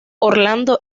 orlando